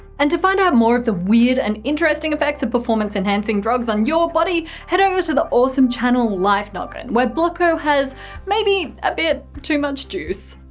and to find out more of the weird and interesting effects of performance enhancing drugs on your body, head over to the awesome channel life noggin, where blocko has maybe a bit too much juice?